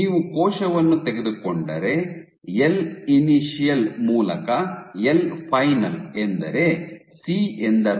ನೀವು ಕೋಶವನ್ನು ತೆಗೆದುಕೊಂಡರೆ ಎಲ್ ಇನಿಶಿಯಲ್ ಮೂಲಕ ಎಲ್ ಫೈನಲ್ ಎಂದರೆ ಸಿ ಎಂದರ್ಥ